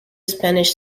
spanish